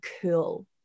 cool